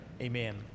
Amen